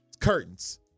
Curtains